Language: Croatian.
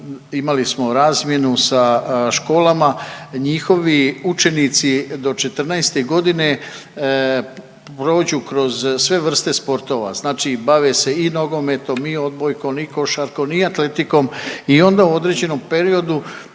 imali smo razmjenu sa školama, njihovi učenici do 14. g. prođu kroz sve vrste sportova znači bave se i nogometom i odbojkom i košarkom i atletikom i onda u određenom periodu